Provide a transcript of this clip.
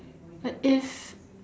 but it's